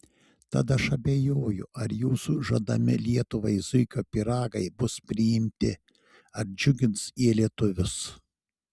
tad aš abejoju ar jūsų žadami lietuvai zuikio pyragai bus priimti ar džiugins jie lietuvius